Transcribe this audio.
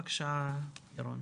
בבקשה, ירון.